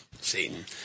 Satan